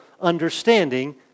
understanding